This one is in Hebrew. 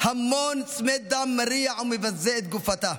המון צמא דם מריע ומבזה את גופתה.